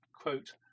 quote